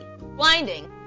Blinding